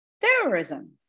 terrorism